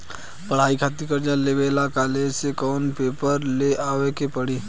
पढ़ाई खातिर कर्जा लेवे ला कॉलेज से कौन पेपर ले आवे के पड़ी?